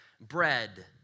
bread